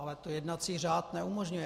Ale to jednací řád neumožňuje.